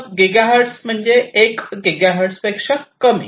सब gigahertz म्हणजे 1 gigahertz पेक्षा कमी